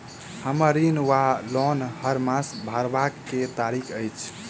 हम्मर ऋण वा लोन हरमास भरवाक की तारीख अछि?